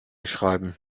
schreiben